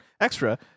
extra